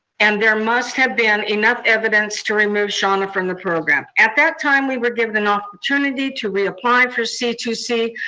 and there must have been enough evidence to remove shauna from the program. at that time we were given an opportunity to reapply for c two c,